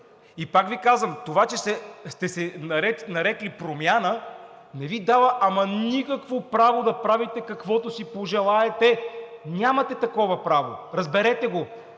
И пак Ви казвам: това, че сте се нарекли Промяна, не Ви дава ама никакво право да правите каквото си пожелаете. Нямате такова право! Разберете го!